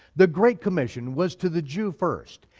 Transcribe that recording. the great commission was to the jew first,